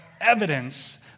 evidence